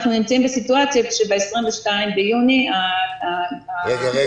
אנחנו נמצאים בסיטואציה שב-22 ביוני עצם